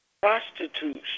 Prostitutes